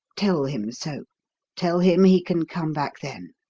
tell him so tell him he can come back then.